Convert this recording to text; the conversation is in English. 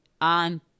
on